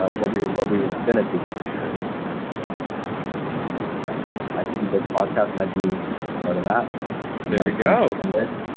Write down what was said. ah what we're what we're gonna do for sure is try and build up our personal brands. and i think this podcast might be started that there we go and this